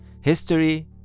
history